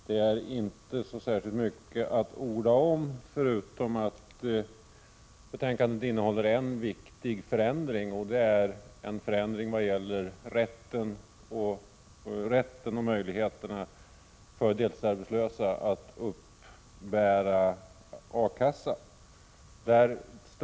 Det är inte så särskilt mycket att orda om beträffande betänkandet, förutom att det innehåller en viktig förändring, nämligen förändringen vad gäller rätten och möjligheten för deltidsarbetslösa att uppbära A-kasseersättning.